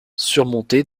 surmontée